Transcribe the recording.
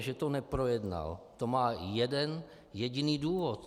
Že to neprojednal, to má jeden jediný důvod.